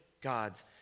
God's